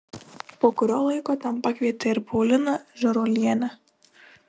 po kurio laiko ten pakvietė ir pauliną žėruolienę